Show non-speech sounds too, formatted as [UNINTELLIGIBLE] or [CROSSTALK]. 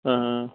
[UNINTELLIGIBLE]